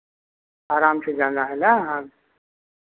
आराम से जाना है ना हाँ